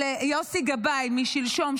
של יוסי גבאי משלשום,